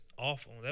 awful